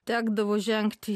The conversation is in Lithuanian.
tekdavo žengti